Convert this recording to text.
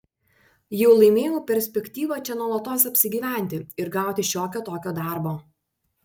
jau laimėjau perspektyvą čia nuolatos apsigyventi ir gauti šiokio tokio darbo